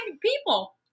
people